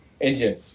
engine